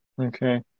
okay